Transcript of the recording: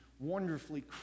wonderfully